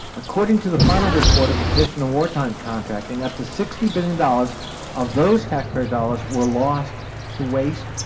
according to the final report of the commission on wartime contracting, up to sixty billion dollars of those taxpayer dollars were lost to waste,